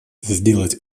сделать